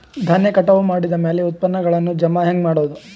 ಧಾನ್ಯ ಕಟಾವು ಮಾಡಿದ ಮ್ಯಾಲೆ ಉತ್ಪನ್ನಗಳನ್ನು ಜಮಾ ಹೆಂಗ ಮಾಡೋದು?